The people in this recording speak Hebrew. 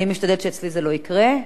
אני משתדלת שאצלי זה לא יקרה,